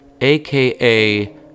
aka